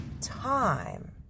time